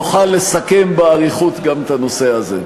נוכל לסכם באריכות גם את הנושא הזה.